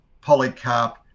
polycarp